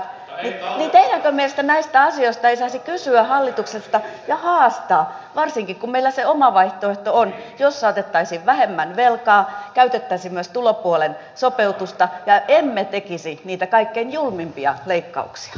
teidänkö mielestänne näistä asioista ei saisi kysyä hallitukselta ja haastaa varsinkin kun meillä se oma vaihtoehto on jossa otettaisiin vähemmän velkaa käytettäisiin myös tulopuolen sopeutusta emmekä tekisi niitä kaikkein julmimpia leikkauksia